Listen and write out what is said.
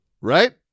Right